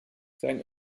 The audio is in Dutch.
zijn